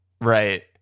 Right